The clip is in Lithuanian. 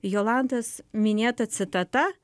jolantos minėta citata